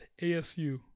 ASU